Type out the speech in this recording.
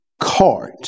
Cart